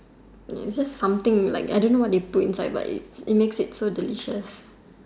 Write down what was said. just something like I don't know what they put inside but it it makes it so delicious